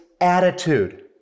attitude